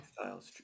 styles